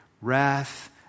Wrath